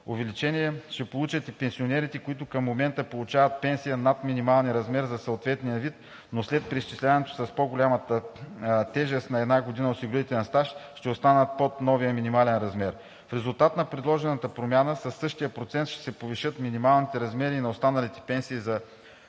Увеличение ще получат и пенсионерите, които към момента получават пенсия над минималния размер за съответния вид, но след преизчислението с по-голямата „тежест“ на една година осигурителен стаж ще останат под новия минимален размер. В резултат от предложената промяна, със същия процент ще се повишат минималните размери и на останалите пенсии за трудова